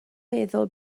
meddwl